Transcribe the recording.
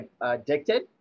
addicted